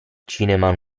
cinema